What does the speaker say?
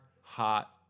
hot